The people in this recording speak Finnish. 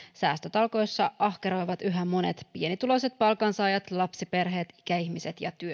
säästötalkoissa ahkeroivat yhä monet pienituloiset palkansaajat lapsiperheet ikäihmiset ja